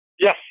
Yes